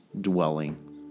dwelling